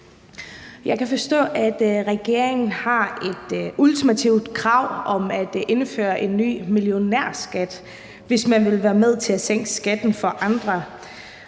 Jeg kan forstå, at regeringen har et ultimativt krav om at indføre en ny millionærskat, hvis man vil være med til at sænke skatten for andre.